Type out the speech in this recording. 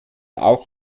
auch